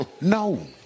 No